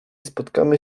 spotkamy